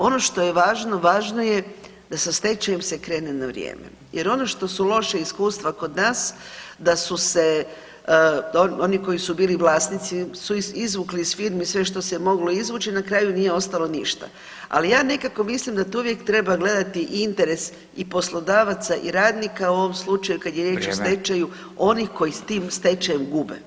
Ono što je važno važno je da sa stečajem se krene na vrijeme jer ono što su loša iskustva kod nas da su se oni koji su bili vlasnici su izvukli iz firmi sve što se moglo izvući i na kraju nije ostalo ništa, ali ja nekako mislim da tu uvijek gledati i interes i poslodavaca i radnika u ovom slučaju kad je riječ o stečaju [[Upadica: Vrijeme.]] onih koji tim stečajem gube.